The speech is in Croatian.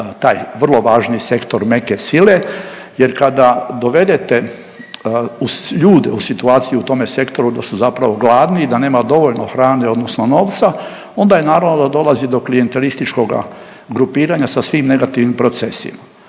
taj vrlo važan sektor meke sile jer kada dovedete ljude u situaciju u tome sektoru da su zapravo gladni i da nema dovoljno hrane odnosno novca, onda je naravno da dolazi do klijentelističkoga grupiranja sa svim negativnim procesima.